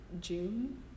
June